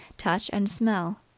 touch and smell.